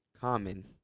common